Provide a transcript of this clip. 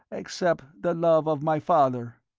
except the love of my father.